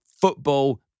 football